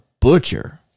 Butcher